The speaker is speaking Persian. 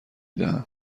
دهم